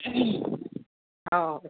हो